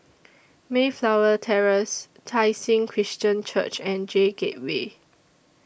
Mayflower Terrace Tai Seng Christian Church and J Gateway